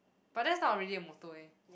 but that's not really a motto eh